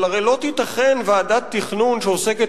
אבל הרי לא תיתכן ועדת תכנון שעוסקת